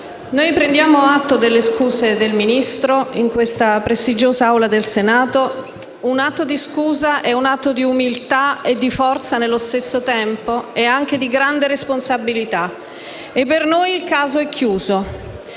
noi prendiamo atto delle scuse del Ministro in questa prestigiosa Aula del Senato. Un atto di scusa è un atto di umiltà e di forza nello stesso tempo, e anche di grande responsabilità. Per noi il caso è chiuso.